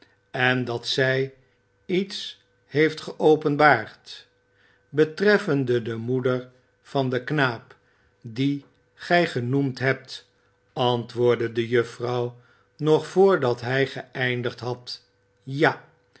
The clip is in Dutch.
en dat zij iets heeft geopenbaard betreffende de moeder van den knaap dien gij genoemd hebt antwoordde de juffrouw nog voordat hij geëindigd had ja